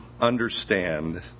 understand